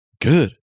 good